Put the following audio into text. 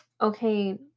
okay